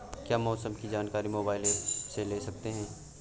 क्या मौसम की जानकारी मोबाइल ऐप से ले सकते हैं?